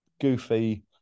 goofy